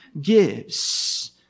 gives